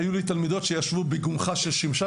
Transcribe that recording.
היו לי תלמידות שישבו בגומחה של שמשה,